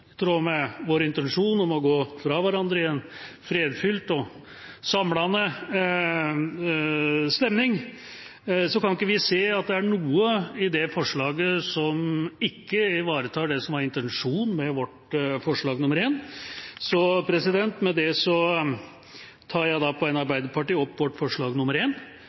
I tråd med den gode ånd og vår intensjon om å gå fra hverandre i en fredfylt og samlende stemning kan vi ikke se at det er noe i det forslaget som ikke ivaretar det som var intensjonen med vårt forslag, nr. 1. Med det tar jeg på vegne av Arbeiderpartiet, Senterpartiet og Sosialistisk Venstreparti opp vårt forslag,